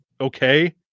okay